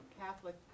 Catholic